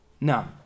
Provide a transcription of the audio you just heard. Now